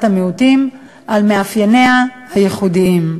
המיעוטים על מאפייניה הייחודיים.